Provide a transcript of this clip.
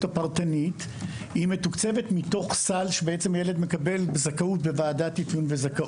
הפרטנית מתוקצבות מתוך סל שהילד מקבל בוועדת אפיון וזכאות.